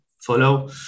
follow